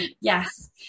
yes